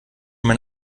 mein